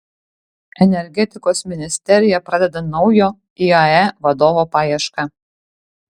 energetikos ministerija pradeda naujo iae vadovo paiešką